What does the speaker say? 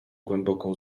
głęboką